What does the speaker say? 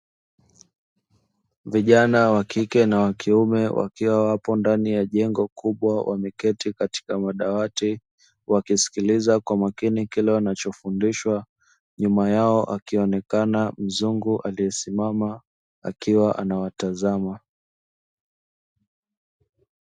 Vijana wa kike na wa kiume wakiwa wapo ndani ya jengo kubwa wameketi katika madawati, wakisikiliza kwa makini kile wanachofundishwa, nyuma yao akionekana mzungu aliyesimama akiwa anawatazama.